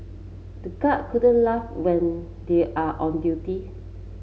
the guard couldn't laugh when they are on duty